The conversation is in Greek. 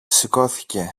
σηκώθηκε